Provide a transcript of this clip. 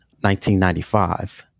1995